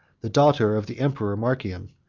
the daughter of the emperor marcian.